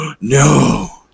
no